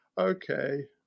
Okay